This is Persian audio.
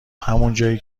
همونجایی